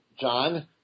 John